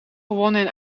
gewonnen